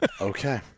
Okay